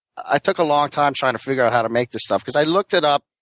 i took a long time trying to figure out how to make this stuff. because i looked it up.